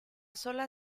sola